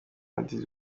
madrid